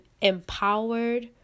empowered